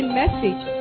message